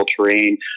terrain